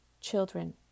children